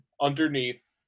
underneath